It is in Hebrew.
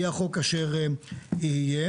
יהיה החוק אשר יהיה.